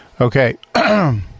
Okay